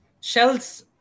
Shell's